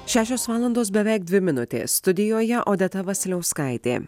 šešios valandos beveik dvi minutės studijoje odeta vasiliauskaitė